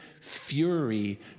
fury